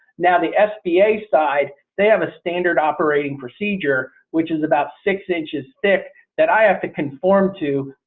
now the sba side they have a standard operating procedure which is about six inches thick that i have to conform to.